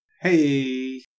Hey